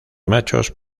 machos